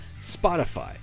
spotify